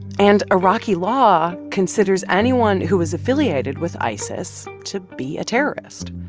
and iraqi law considers anyone who was affiliated with isis to be a terrorist,